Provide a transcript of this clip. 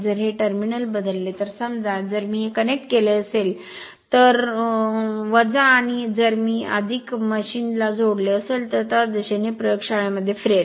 जर हे टर्मिनल बदलले तर समजा जर मी हे कनेक्ट केले असेल तर आणि जर मी मशीन ला जोडले असेल तर त्याच दिशेने प्रयोगशाळेमध्ये फिरेल